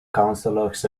councillors